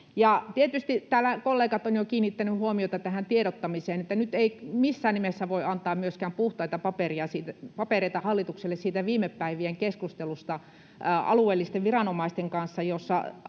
tietysti täällä kollegat ovat jo kiinnittäneet huomiota tähän tiedottamiseen, että nyt ei missään nimessä myöskään voi antaa puhtaita papereita hallitukselle siitä viime päivien keskustelusta alueellisten viranomaisten kanssa, jolta